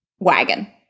Wagon